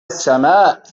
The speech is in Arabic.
السماء